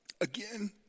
again